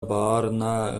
баарына